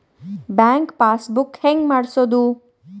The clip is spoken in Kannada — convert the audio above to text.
ಬ್ಯಾಂಕ್ ಪಾಸ್ ಬುಕ್ ಹೆಂಗ್ ಮಾಡ್ಸೋದು?